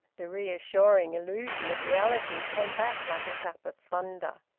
the reassuring illusion of reality came back like a clap of thunder.